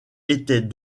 étaient